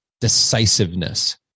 decisiveness